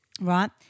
Right